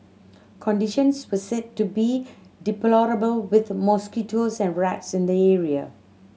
conditions were said to be deplorable with mosquitoes and rats in the area